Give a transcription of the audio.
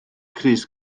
crys